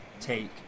take